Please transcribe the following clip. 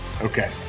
Okay